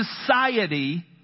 society